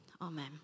Amen